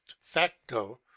facto